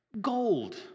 gold